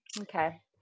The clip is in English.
Okay